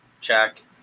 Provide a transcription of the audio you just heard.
check